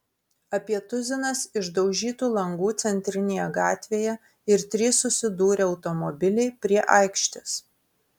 apie tuzinas išdaužytų langų centrinėje gatvėje ir trys susidūrę automobiliai prie aikštės